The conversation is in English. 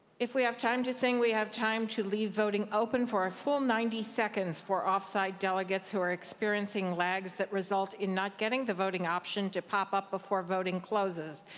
if we have time to sing, we have time to leave voting open for a full ninety seconds for off-site delegates who are experiencing lags that result in not getting the voting option to pop up before voting closes.